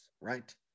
right